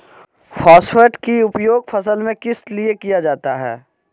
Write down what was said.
Phosphate की उपयोग फसल में किस लिए किया जाता है?